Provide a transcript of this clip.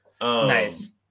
Nice